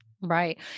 Right